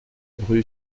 rue